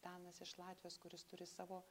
danas iš latvijos kuris turi savo